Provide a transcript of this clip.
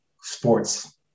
sports